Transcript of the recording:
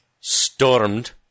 stormed